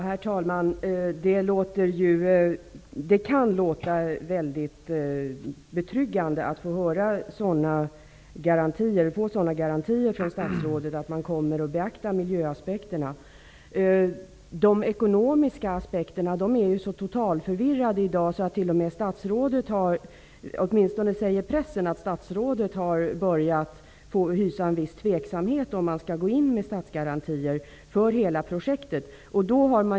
Herr talman! Det kan låta väldigt betryggande att från statsrådet få garantier för att man kommer att beakta miljöaspekterna. De ekonomiska aspekterna är totalt förvirrande i dag. T.o.m. statsrådet sägs enligt pressen ha börjat hysa en viss tveksamhet om man skall gå in med statsgarantier för hela projektet.